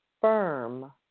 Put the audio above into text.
firm